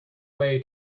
way